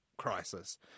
crisis